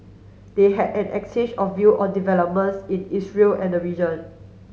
they had an exchange of view on developments in Israel and the region